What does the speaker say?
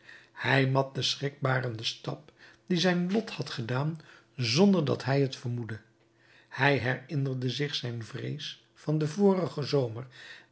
hij mat den schrikbarenden stap dien zijn lot had gedaan zonder dat hij het vermoedde hij herinnerde zich zijn vrees van den vorigen zomer